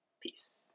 Peace